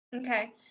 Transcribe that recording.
Okay